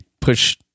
push